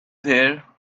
there